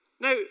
Now